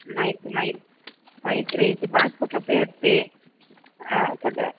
मैत् मैत् मैत्रेयी इति पास्बुक् अपि अस्ति तद्